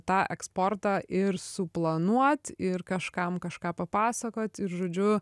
tą eksportą ir suplanuot ir kažkam kažką papasakot ir žodžiu